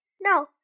No